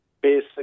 basic